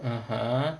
(uh huh)